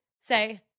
say